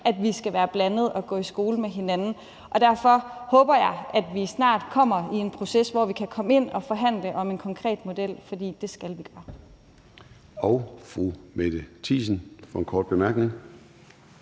at vi skal være blandede og gå i skole med hinanden. Derfor håber jeg, at vi snart kommer i en proces, hvor vi kan komme ind og forhandle om en konkret model, for det skal vi gøre. Kl. 14:26 Formanden (Søren Gade): Fru Mette Thiesen for en kort bemærkning.